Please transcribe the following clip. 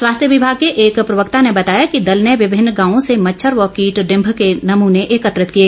स्वास्थ्य विभाग के एक प्रवक्ता ने बताया कि दल ने विभिन्न गांवों से मच्छर व कीट डिम्भ के नमूने एकत्रित किए